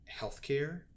healthcare